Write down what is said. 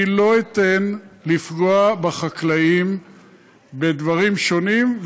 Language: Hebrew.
אני לא אתן לפגוע בחקלאים בדברים שונים,